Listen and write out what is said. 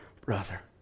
brother